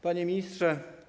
Panie Ministrze!